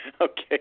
Okay